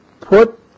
put